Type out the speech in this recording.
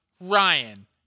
Ryan